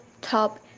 Top